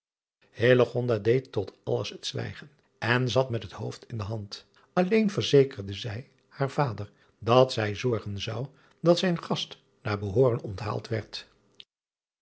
deed tot alles het zwijgen en zat met het hoofd in de hand alleen verzekerde zij haar vader dat zij zorgen zou dat zijn gast naar behooren onthaald werd